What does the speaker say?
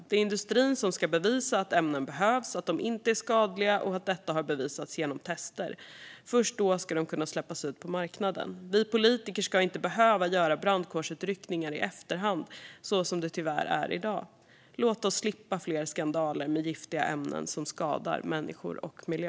Det är industrin som ska bevisa att ämnen behövs, att de inte är skadliga och att detta har bevisats genom tester. Först då ska de kunna släppas ut på marknaden. Vi politiker ska inte behöva göra brandkårsutryckningar i efterhand, så som det tyvärr är i dag. Låt oss slippa fler skandaler med giftiga ämnen som skadar människor och miljö!